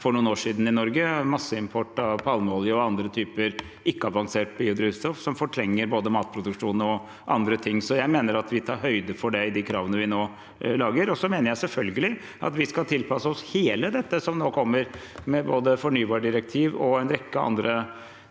for noen år siden i Norge, med masseimport av palmeolje og andre typer ikke-avansert biodrivstoff som fortrenger både matproduksjon og andre ting. Jeg mener at vi tar høyde for det i de kravene vi nå lager. Så mener jeg selvfølgelig at vi skal tilpasse oss alt dette som nå kommer, med både fornybardirektiv og en rekke andre